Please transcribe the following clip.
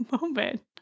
moment